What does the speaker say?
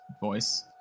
voice